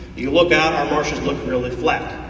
you look out, our marshes look really flat.